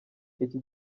iki